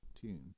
tune